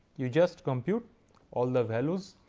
you just compute all the values,